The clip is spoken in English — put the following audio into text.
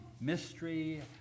mystery